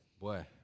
Boy